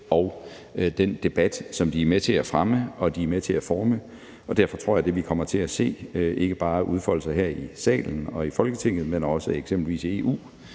og den debat, som de er med til at fremme og forme. Derfor tror jeg, at det, vi kommer til at se ikke bare udfolde sig her i salen og i Folketinget, men også eksempelvis i EU,